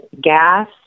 gas